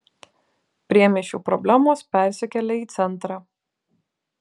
priemiesčių problemos persikelia į centrą